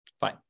Fine